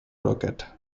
rocket